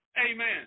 Amen